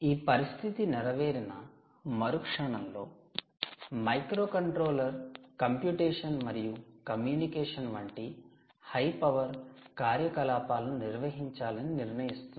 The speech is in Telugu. ఈ పరిస్థితి నెరవేరిన మరుక్షణంలో మైక్రోకంట్రోలర్ కంప్యూటేషన్ మరియు కమ్యూనికేషన్ వంటి హై పవర్ కార్యకలాపాలను నిర్వహించాలని నిర్ణయిస్తుంది